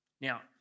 Now